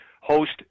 host